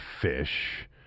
fish